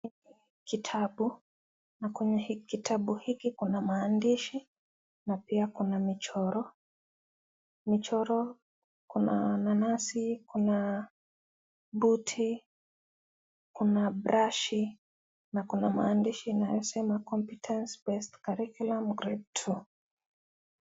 Kitabu, kwenye kitabu hiki kuna maandishi na pia kuna michoro. Michoro, kuna nanasi, kuna buti, kuna brashi na kuna maandishi inayosema (cs) competency based curriculum grade2(cs).